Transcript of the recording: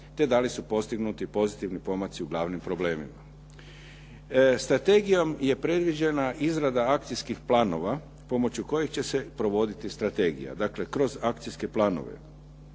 te da li su postignuti pozitivni pomaci u glavnim problemima. Strategijom je previđena izrada akcijskih planova pomoću kojih će se provoditi strategija, dakle kroz akcijske planove.